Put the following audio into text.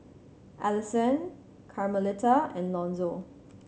Allisson Carmelita and Lonzo